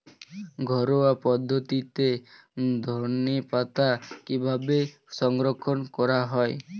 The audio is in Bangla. ঘরোয়া পদ্ধতিতে ধনেপাতা কিভাবে সংরক্ষণ করা হয়?